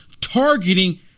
targeting